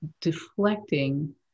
deflecting